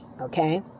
Okay